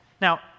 Now